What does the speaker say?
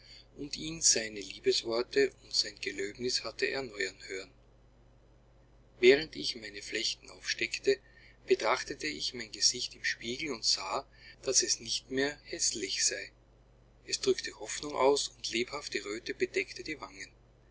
und ihn seine liebesworte und sein gelöbnis hatte erneuern hören während ich meine flechten aufsteckte betrachtete ich mein gesicht im spiegel und sah daß es nicht mehr häßlich sei es drückte hoffnung aus und lebhafte röte bedeckte die wangen